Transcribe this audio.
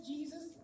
Jesus